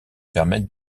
permettre